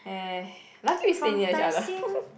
eh lucky we stay near each other